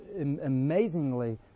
amazingly